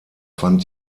fand